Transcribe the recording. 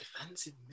defensive